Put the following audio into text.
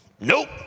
Nope